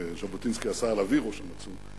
ז'בוטינסקי עשה על אבי רושם עצום,